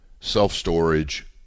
self-storage